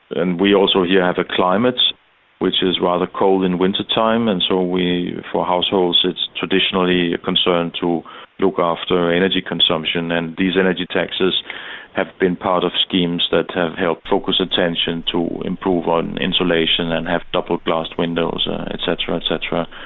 and we also here have a climate which is rather cold in winter-time, and so we for households it's traditionally a concern to look after energy consumption, and these energy taxes have been part of schemes that have helped focus attention to improve on insulation and have double glassed windows etc. etc.